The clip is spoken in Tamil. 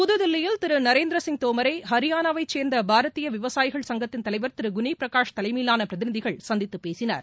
புதுதில்லியில் திரு நரேந்திர சிங் தோமரை ஹரியானாவைச் சேர்ந்த பாரதீய விவசாயிகள் சங்கத்தின் தலைவர் திரு குனி பிரகாஷ் தலைமையிலான பிரதிநிதிகள் சந்தித்து பேசினர்